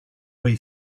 way